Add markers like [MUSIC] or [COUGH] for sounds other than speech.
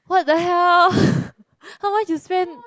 what the hell [BREATH] how much you spend